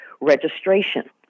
registration